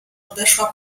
odeszła